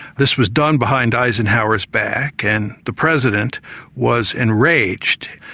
this was done behind eisenhower's back and the president was enraged.